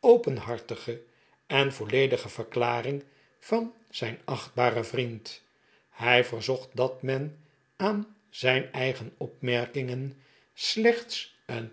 openhartige en volledige verklaring van zijn achtbaren vriend hij verzocht dat men aan zijn eigen opmerkingen slechts een